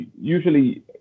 usually